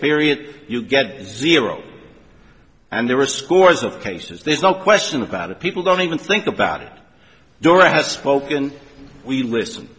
period you get zero and there are scores of cases there's no question about it people don't even think about it dora has spoken we listen